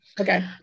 Okay